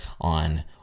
on